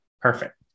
Perfect